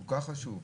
כל כך חשוב,